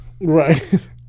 Right